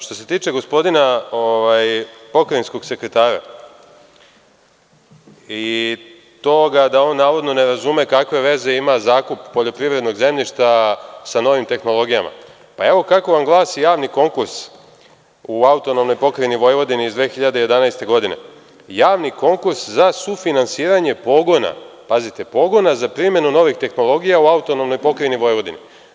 Što se tiče gospodina pokrajinskog sekretara i toga da on navodno ne razume kakve veze ima zakup poljoprivrednog zemljišta sa novim tehnologijama, evo kako vam glasi javni konkurs u AP Vojvodini iz 2011. godine – javni konkurs za sufinansiranje pogona, pazite pogona, za primenu novih tehnologija u AP Vojvodini.